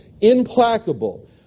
implacable